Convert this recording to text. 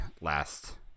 last